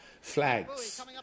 flags